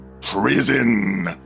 prison